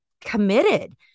committed